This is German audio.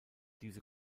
diese